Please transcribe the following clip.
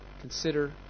consider